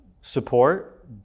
support